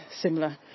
similar